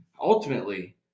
Ultimately